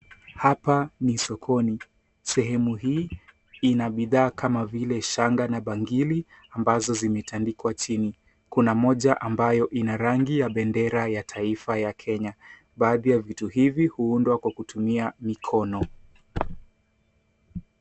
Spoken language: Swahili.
Hapa ni sokoni. Sehemu hii ina bidhaa kama vile shanga na bangili ambazo zimetadikwa chini. Kuna moja ambayo ina rangi ya bendera ya taifa ya Kenya, baadhi ya vitu hivi huundwa kwa kutumia mikono.